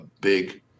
big